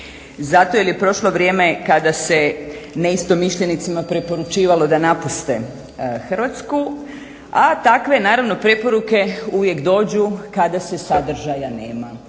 zato jel je prošlo vrijeme kada se neistomišljenicima preporučivalo da napuste Hrvatske, a takve naravno preporuke uvijek dođu kada se sadržaja nema